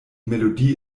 melodie